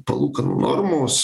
palūkanų normos